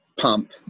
pump